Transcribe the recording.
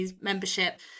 membership